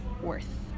worth